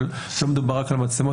אבל לא מדובר רק על מצלמות.